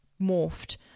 morphed